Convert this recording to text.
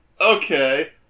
Okay